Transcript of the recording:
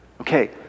Okay